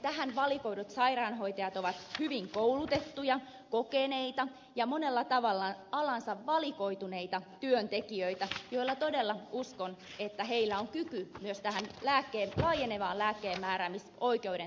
tähän valikoidut sairaanhoitajat ovat hyvin koulutettuja kokeneita ja monella tavalla alansa valikoituneita työntekijöitä joilla todella on uskon että on kyky myös tähän laajenevaan lääkkeenmääräämisoikeuden toteuttamiseen